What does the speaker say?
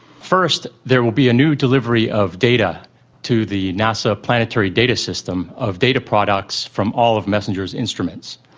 first there will be a new delivery of data to the nasa planetary data system of data products from all of messenger's instruments,